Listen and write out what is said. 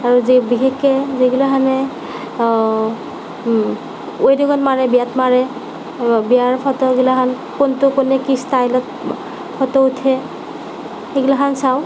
আৰু যি বিশেষকৈ যিবিলাক ৱেডিঙত মাৰে বিয়াত মাৰে আৰু বিয়াৰ ফটোবিলাক কোনটো কোনে কি ষ্টাইলত ফটো উঠে সেইবিলাক চাওঁ